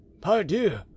Pardieu